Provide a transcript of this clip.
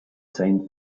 same